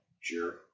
Sure